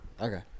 okay